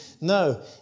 No